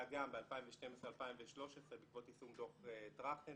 גם ב-2012-2013 בעקבות יישום דוח טרכטנברג,